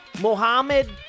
Mohammed